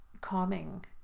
calming